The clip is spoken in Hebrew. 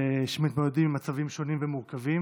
ושמתמודדים עם מצבים שונים ומורכבים.